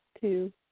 two